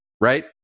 right